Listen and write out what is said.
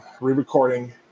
re-recording